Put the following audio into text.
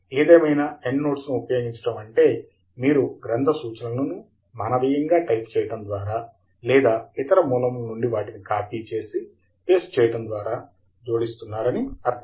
ఏదేమైనా ఎండ్నోట్స్ను ఉపయోగించడం అంటే మీరు గ్రంథ సూచనలను మానవీయంగా టైప్ చేయడం ద్వారా లేదా ఇతర మూలముల నుండి వాటిని కాపీ చేసి పేస్ట్ చేయటం ద్వారా జోడిస్తున్నారని అర్థం